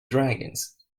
dragons